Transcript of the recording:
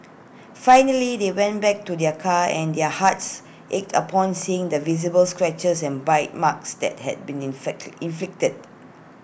finally they went back to their car and their hearts ached upon seeing the visible scratches and bite marks that had been inflected inflicted